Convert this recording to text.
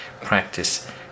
practice